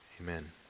amen